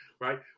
Right